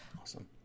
Awesome